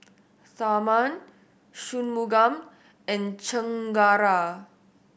Tharman Shunmugam and Chengara